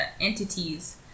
entities